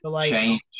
change